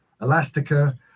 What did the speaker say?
Elastica